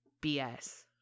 BS